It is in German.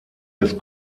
des